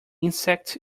insect